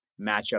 matchup